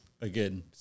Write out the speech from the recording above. again